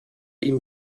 ihm